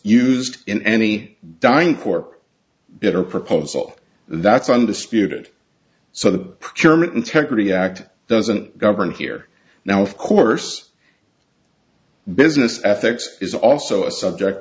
used in any dying for it or proposal that's under spewed so the german integrity act doesn't govern here now of course business ethics is also a subject